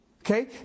Okay